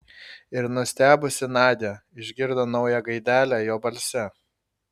ir nustebusi nadia išgirdo naują gaidelę jo balse